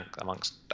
amongst